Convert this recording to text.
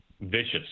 vicious